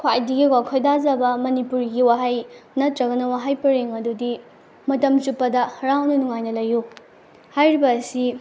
ꯈ꯭ꯋꯥꯏꯗꯒꯤꯀꯣ ꯈꯣꯏꯗꯥꯖꯕ ꯃꯅꯤꯄꯨꯔꯒꯤ ꯋꯥꯍꯩ ꯅꯠꯇ꯭ꯔꯒꯅ ꯋꯥꯍꯩ ꯄꯔꯦꯡ ꯑꯗꯨꯗꯤ ꯃꯇꯝ ꯆꯨꯞꯄꯗ ꯍꯔꯥꯎꯅ ꯅꯨꯡꯉꯥꯏꯅ ꯂꯩꯌꯨ ꯍꯥꯏꯔꯤꯕ ꯑꯁꯤ